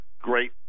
great